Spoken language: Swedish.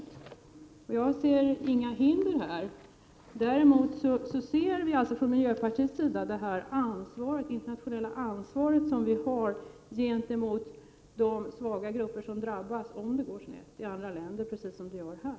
Jag ser inga hinder härvidlag. Däremot ser vi från miljöpartiets sida det internationella ansvar som Sverige har gentemot de svaga grupper som drabbas om det går snett i andra länder, precis som det gör här.